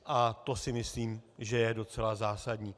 A to si myslím, že je docela zásadní.